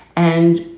and,